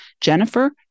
Jennifer